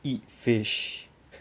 eat fish